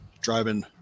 driving